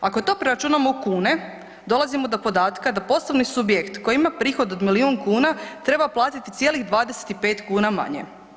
Ako to preračunamo u kune dolazimo do podatka da poslovni subjekt koji ima prihod od milijun kuna treba platiti cijelih 25 kuna manje.